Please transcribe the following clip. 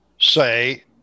say